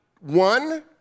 one